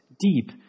deep